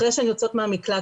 אחרי שהן יוצאות מהמקלט,